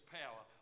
power